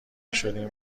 شدیم